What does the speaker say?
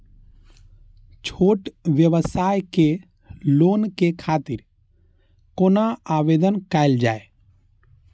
छोट व्यवसाय के लोन के खातिर कोना आवेदन कायल जाय?